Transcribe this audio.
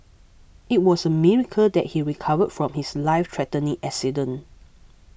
it was a miracle that he recovered from his lifethreatening accident